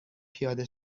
پیاده